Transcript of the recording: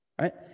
right